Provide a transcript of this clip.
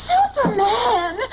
Superman